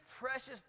precious